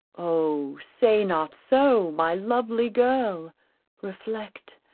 oh say not so, my lovely girl reflect,